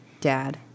dad